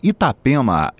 Itapema